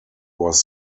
was